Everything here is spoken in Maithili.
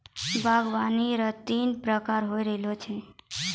बागवानी रो तीन प्रकार रो हो छै